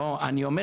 לא הבנת.